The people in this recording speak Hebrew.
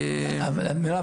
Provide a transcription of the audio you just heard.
מירב,